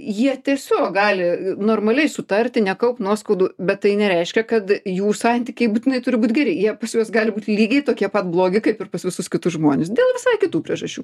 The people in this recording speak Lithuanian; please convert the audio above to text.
jie tiesiog gali normaliai sutarti nekaupt nuoskaudų bet tai nereiškia kad jų santykiai būtinai turi būt geri jie pas juos gali būti lygiai tokie pat blogi kaip ir pas visus kitus žmones dėl kitų priežasčių